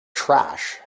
trash